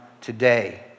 today